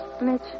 Mitch